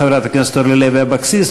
חברת הכנסת אורלי לוי אבקסיס.